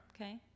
Okay